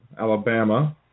Alabama